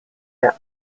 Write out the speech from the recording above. era